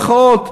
במירכאות,